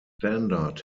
standard